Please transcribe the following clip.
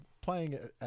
playing